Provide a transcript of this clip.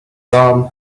arm